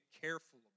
careful